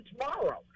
tomorrow